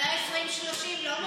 והוועדה 2030 לא,